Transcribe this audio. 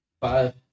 Five